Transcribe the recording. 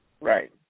Right